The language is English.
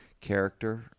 character